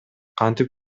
кантип